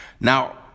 now